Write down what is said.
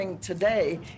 today